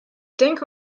denke